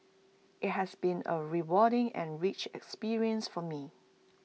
IT has been A rewarding and rich experience for me